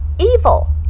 evil